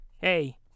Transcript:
hey